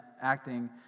acting